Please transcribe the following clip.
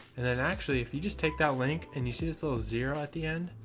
and then actually if you just take that link and you see this little zero at the end,